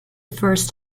first